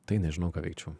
tai nežinau ką veikčiau